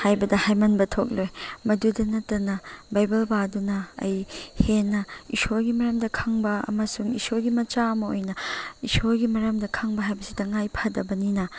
ꯍꯥꯏꯕꯗ ꯍꯥꯏꯃꯟꯕ ꯊꯣꯛꯂꯣꯏ ꯃꯗꯨꯗ ꯅꯠꯇꯅ ꯕꯥꯏꯕꯜ ꯄꯥꯗꯨꯅ ꯑꯩ ꯍꯦꯟꯅ ꯏꯁꯣꯔꯒꯤ ꯃꯔꯝꯗ ꯈꯪꯕ ꯑꯃꯁꯨꯡ ꯏꯁꯣꯔꯒꯤ ꯃꯆꯥ ꯑꯃ ꯑꯣꯏꯅ ꯏꯁꯣꯔꯒꯤ ꯃꯔꯝꯗ ꯈꯪꯕ ꯍꯥꯏꯕꯁꯤ ꯇꯉꯥꯏ ꯐꯗꯕꯅꯤꯅ